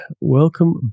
welcome